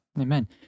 Amen